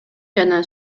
жана